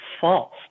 false